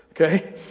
Okay